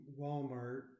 Walmart